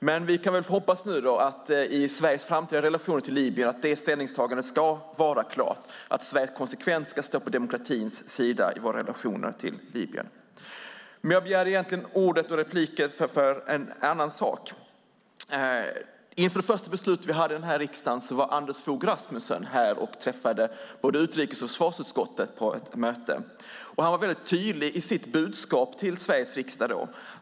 Men vi kan väl hoppas nu i Sveriges framtida relationer till Libyen att detta ställningstagande ska vara klart, att Sverige konsekvent ska stå på demokratins sida i våra relationer till Libyen. Jag begärde egentligen ordet och repliken för en annan sak. Inför det första beslutet vi fattade här i riksdagen var Anders Fogh Rasmussen här och träffade både utrikes och försvarsutskottet vid ett möte. Han var då väldigt tydlig i sitt budskap till Sveriges riksdag.